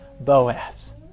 Boaz